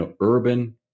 Urban